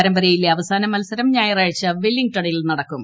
പരമ്പരയിലെ അവസാന മത്സരം ഞായറാഴ്ച വെല്ലിംഗ്ടണ്ണിൽ നടക്കും